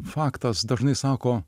faktas dažnai sako